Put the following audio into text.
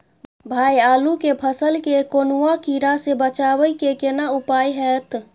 भाई आलू के फसल के कौनुआ कीरा से बचाबै के केना उपाय हैयत?